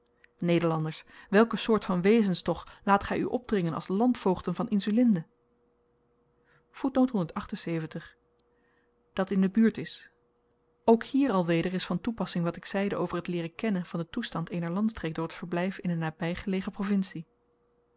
nederlanders welk soort van wezens toch laat gy u opdringen als landvoogden van insulinde dat in de buurt is ook hier alweder is van toepassing wat ik zeide over t leeren kennen van den toestand eener landstreek door t verblyf in een nabygelegen provincie